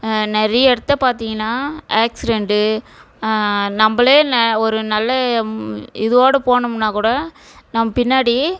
நிறையா இடத்த பார்த்தீங்கன்னா ஆக்ஸிரண்ட்டு நம்மளே ந ஒரு நல்ல இதோட போனோம்னால் கூட நம்ம பின்னாடி